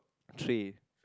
tray